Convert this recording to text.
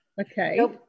Okay